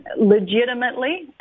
legitimately